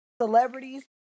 celebrities